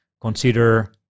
consider